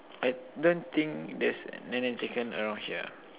I don't think there's NeNe-chicken around here